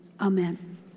Amen